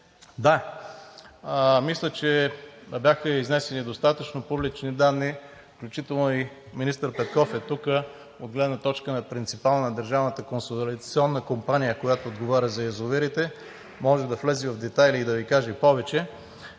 да, мисля, че бяха изнесени достатъчно публични данни, включително и министър Петков е тук, от гледна точка на принципала на Държавната консолидационна компания, която отговаря за язовирите, може да влезе в детайли и да Ви каже повече.